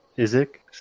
Isaac